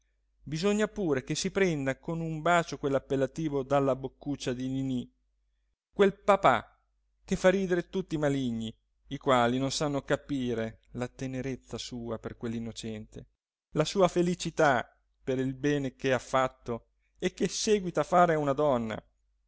bisogna pure che si prenda con un bacio quell'appellativo dalla boccuccia di ninì quel papà che fa ridere tutti i maligni i quali non sanno capire la tenerezza sua per quell'innocente la sua felicità per il bene che ha fatto e che seguita a fare a una donna